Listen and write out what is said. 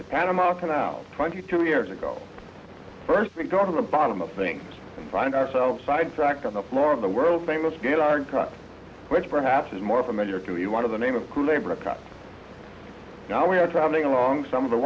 the panama canal twenty two years ago first we go to the bottom of things and find ourselves sidetracked on the floor of the world famous good iron cross which perhaps is more familiar to you one of the name of crew labor now we are traveling along some of the